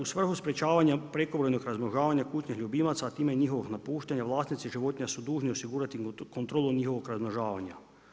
U svrhu sprečavanja prekomjernog razmnožavanja kućnih ljubimaca a time i njihovog napuštanja, vlasnici životinja su dužni osigurati kontrolu njihovog razmnožavanja.